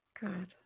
Good